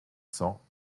cents